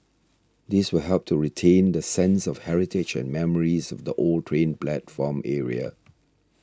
this will help to retain the sense of heritage and memories of the old train platform area